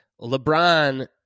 LeBron